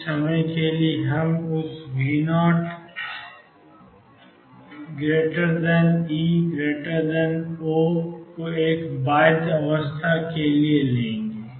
कुछ समय के लिए हम उस V0E0 को एक बाध्य अवस्था के लिए लेंगे